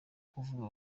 kuvuga